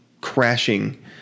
crashing